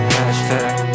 Hashtag